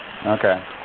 Okay